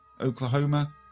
Oklahoma